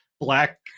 black